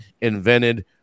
invented